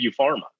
Pharma